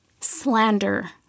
Slander